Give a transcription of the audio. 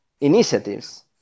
initiatives